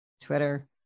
Twitter